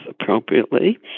appropriately